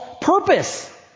purpose